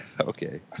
Okay